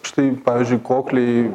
štai pavyzdžiui kokliai